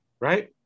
right